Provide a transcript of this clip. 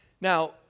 Now